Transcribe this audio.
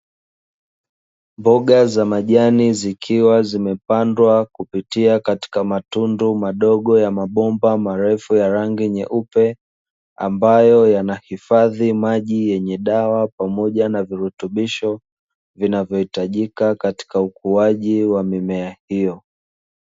Mboga za majani zikiwa zimepandwa kupitia katika matundu madogo ya mabomba marefu ya rangi nyeupe, ambayo yanahifadhi maji yenye dawa pamoja na virutubisho vinavyohitajika katika ukuaji wa mimea hiyo.